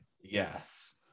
yes